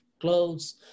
clothes